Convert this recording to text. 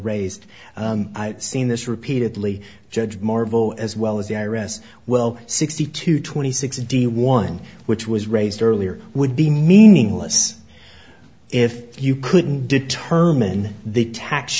raised i've seen this repeatedly judge marvel as well as the i r s well sixty two twenty six d one which was raised earlier would be meaningless if you couldn't determine